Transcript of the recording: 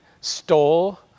stole